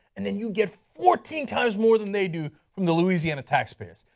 and then you get fourteen times more than they do from the louisiana taxpayers.